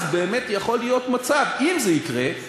אז באמת יכול לקרות מצב, אם זה יקרה,